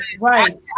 right